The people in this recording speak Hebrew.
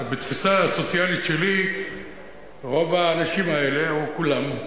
בתפיסה הסוציאלית שלי רוב האנשים האלה, או כולם,